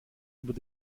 über